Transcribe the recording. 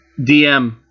DM